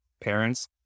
parents